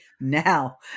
now